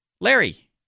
Larry